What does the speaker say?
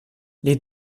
les